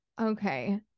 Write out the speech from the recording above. okay